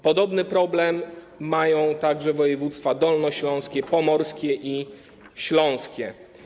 Podobny problem mają także województwa dolnośląskie, pomorskie i śląskie.